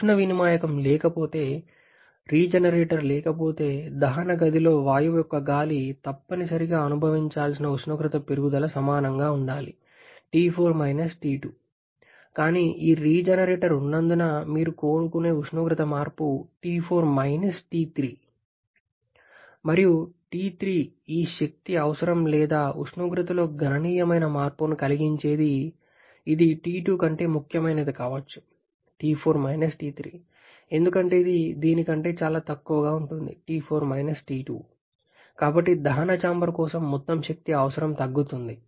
ఉష్ణ వినిమాయకం లేకపోతే రీజెనరేటర్ లేకపోతే దహన గదిలో వాయువు యొక్క గాలి తప్పనిసరిగా అనుభవించాల్సిన ఉష్ణోగ్రత పెరుగుదల సమానంగా ఉండాలి కానీ ఈ రీజెనరేటర్ ఉన్నందున మీరు కోరుకునే ఉష్ణోగ్రత మార్పు మరియు T3 ఈ శక్తి అవసరం లేదా ఉష్ణోగ్రత లో గణనీయమైన మార్పును కలిగించేది ఇది T2 కంటే ముఖ్యమైనది కావచ్చు ఎందుకంటే ఇది దీని కంటే చాలా తక్కువగా ఉంటుంది కాబట్టి దహన చాంబర్ కోసం మొత్తం శక్తి అవసరం తగ్గుతుంది